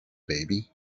baby